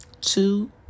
two